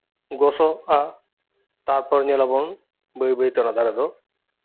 ᱜᱚᱥᱚᱜ ᱟ ᱛᱟᱯᱚᱨ ᱧᱮᱞᱟᱵᱚᱱ ᱵᱟᱹᱭ ᱵᱟᱹᱭᱛᱮ ᱚᱱᱟ ᱫᱟᱨᱮ ᱫᱚ